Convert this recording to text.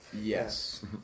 Yes